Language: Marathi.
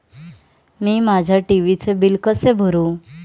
मी माझ्या टी.व्ही चे बिल कसे भरू?